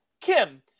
Kim